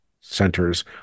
centers